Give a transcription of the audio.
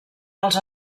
els